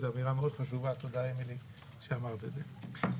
זו אמירה מאוד חשובה, תודה אמילי שאמרת את זה.